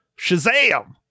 Shazam